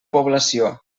població